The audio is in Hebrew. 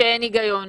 אין היגיון.